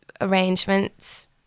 arrangements